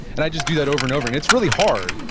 and i'd just do that over and over. and it's really hard.